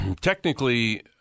Technically